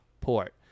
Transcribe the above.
port